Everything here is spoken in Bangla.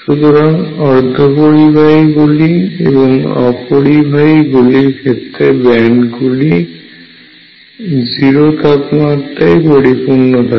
সুতরাং অর্ধপরিবাহী এবং অপরিবাহী গুলির ক্ষেত্রে ব্যান্ড গুলি 0 তাপমাত্রায় পরিপূর্ন থাকে